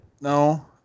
no